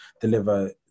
deliver